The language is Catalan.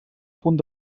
punt